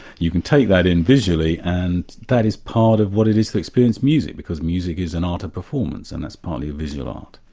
you can take that in visually and that is part of what it is to experience music, because music is an art of performance, and that's partly a visual art.